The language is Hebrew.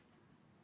למכינות.